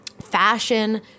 fashion